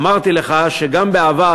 אמרתי לך שגם בעבר,